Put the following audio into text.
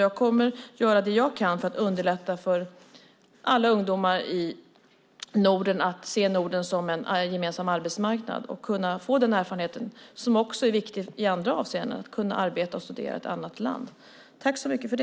Jag kommer att göra det jag kan för att underlätta för alla ungdomar i Norden att se Norden som en gemensam arbetsmarknad och kunna få erfarenhet, som också är viktig i andra avseenden, av att arbeta och studera i ett annat land.